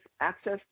access